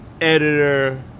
editor